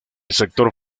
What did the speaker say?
sector